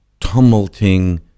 tumulting